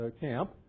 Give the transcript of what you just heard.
camp